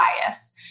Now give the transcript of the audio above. bias